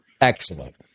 Excellent